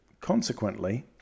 Consequently